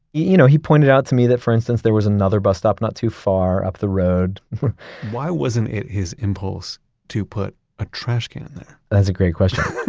you know, he pointed out to me that, for instance, there was another bus stop not too far up the road why wasn't it his impulse to put a trashcan there? that's a great question.